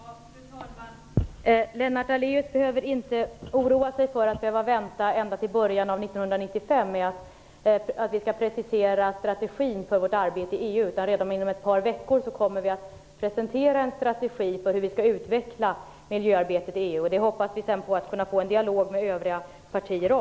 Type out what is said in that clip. Fru talman! Lennart Daléus behöver inte oroa sig för att behöva vänta ända till början av 1995 när det gäller vår precisering av strategin för vårt arbete i EU. Redan inom ett par veckor kommer vi att presentera en strategi för hur vi skall utveckla miljöarbetet i EU. Vi hoppas på att sedan kunna få till stånd en dialog med övriga partier.